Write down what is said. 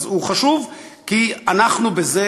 אז הוא חשוב כי אנחנו בזה,